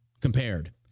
compared